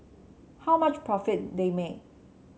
how much profit they make